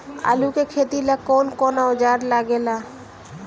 आलू के खेती ला कौन कौन औजार लागे ला?